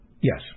yes